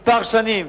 כמה שנים.